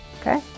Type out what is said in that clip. okay